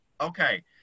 Okay